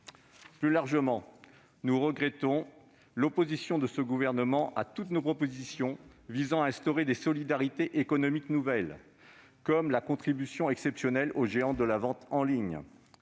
Plus largement, nous regrettons l'opposition de ce gouvernement à toutes nos propositions tendant à instaurer des solidarités économiques nouvelles, comme la contribution exceptionnelle sur les géants de la vente en ligne.